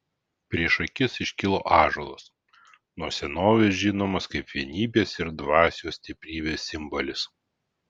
prieš akis iškilo ąžuolas nuo senovės žinomas kaip vienybės ir dvasios stiprybės simbolis